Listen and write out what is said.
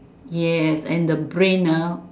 yes and the brain ah